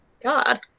God